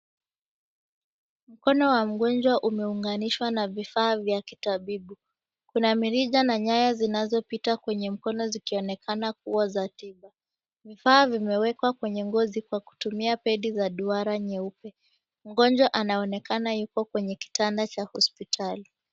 Mkono wa mgonjwa umeunganishwa na vifaa vya kitabibu, kuna mirija na nyaya zinazopita kwenye mkono zikionekana kuwa za tiba, vifaa vimewekwa kwenye ngozi kwa kutumia pedi za duara nyeupe. Mgonjwa anaonekana yuko kwenye kitanda cha hospitali.